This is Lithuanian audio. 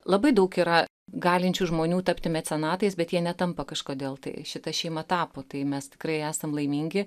labai daug yra galinčių žmonių tapti mecenatais bet jie netampa kažkodėl tai šita šeima tapo tai mes tikrai esam laimingi